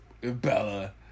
Bella